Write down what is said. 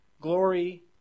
Glory